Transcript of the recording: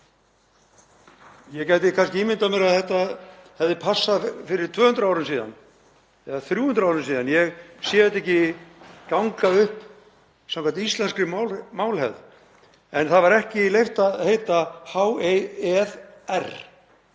ég gæti kannski ímyndað mér að þetta hefði passað fyrir 200 árum eða 300 árum en ég sé þetta ekki ganga upp samkvæmt íslenskri málhefð — en ekki var leyft að heita Heiðr.